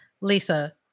Lisa